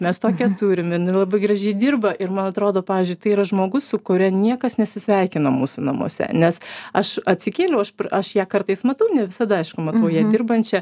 mes tokią turim jinai labai gražiai dirba ir man atrodo pavyzdžiui tai yra žmogus su kuria niekas nesisveikina mūsų namuose nes aš atsikėliau aš aš ją kartais matau ne visada aišku matau ją dirbančią